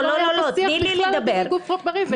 לא היה שיח בכלל על דימוי גוף בריא.